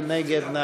מי נגד?